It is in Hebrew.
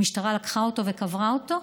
המשטרה לקחה אותו וקברה אותו,